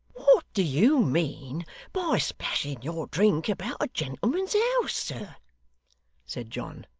what do you mean by splashing your drink about a gentleman's house, sir said john.